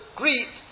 greet